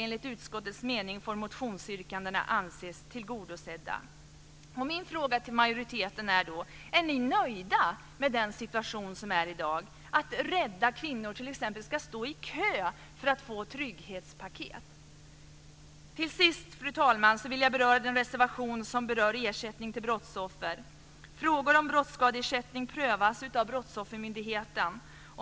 Enligt utskottets mening får motionsyrkandena anses tillgodosedda. Min fråga till majoriteten är: Är ni nöjda med den situation som råder i dag, där t.ex. rädda kvinnor ska behöva stå i kö för att få trygghetspaket? Till sist, fru talman, vill jag beröra den reservation som gäller ersättning till brottsoffer. Frågor om brottsskadeersättning prövas av Brottsoffermyndigheten.